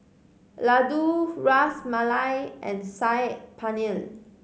Ladoo Ras Malai and Saag Paneer